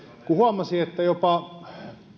kun huomasin että jopa